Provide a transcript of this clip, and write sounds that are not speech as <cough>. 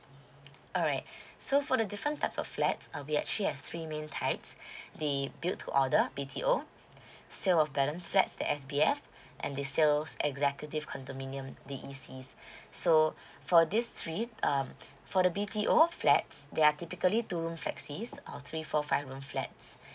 alright <breath> so for the different types of flats uh we actually have three main types <breath> the build to order B_T_O sale of balance flats the S_B_F and the sales executive condominium the E_Cs so <breath> for these three um for the B_T_O flats they are typically two room flexis or three four five room flats